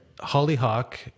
hollyhock